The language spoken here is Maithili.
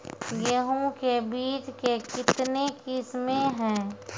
गेहूँ के बीज के कितने किसमें है?